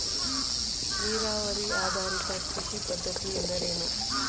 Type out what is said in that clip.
ನೀರಾವರಿ ಆಧಾರಿತ ಕೃಷಿ ಪದ್ಧತಿ ಎಂದರೇನು?